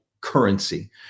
currency